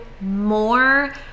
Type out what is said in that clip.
more